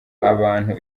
abantu